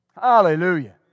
Hallelujah